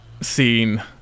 scene